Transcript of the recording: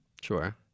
Sure